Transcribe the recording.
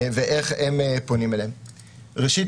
ראשית,